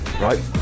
right